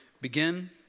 begin